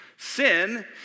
Sin